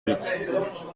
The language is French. huit